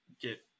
get